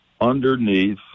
underneath